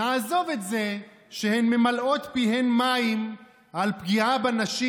נעזוב את זה שהן ממלאות פיהן מים על פגיעה בנשים